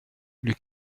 les